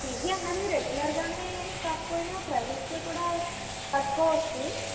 PG అన్నది రెగ్యులర్గానే కాకపోయినా ప్రైవేట్గా కూడా కట్టుకోవచ్చు